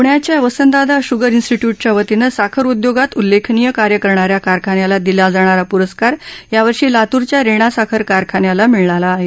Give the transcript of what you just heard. प्ण्याच्या वसंतदादा श्गर इंन्स्टीट्यूटच्या वतीनं साखर उद्योगात उल्लेखनीय कार्य करणाऱ्या कारखान्याला दिला जाणारा प्रस्कार या वर्षी लातूरच्या रेणा साखर कारखान्याला मिळाला आहे